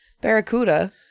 barracuda